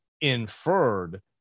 inferred